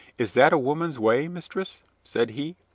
is that a woman's way, mistress? said he.